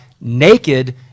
naked